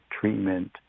treatment